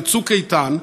על "צוק איתן",